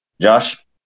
Josh